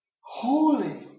Holy